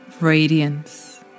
Radiance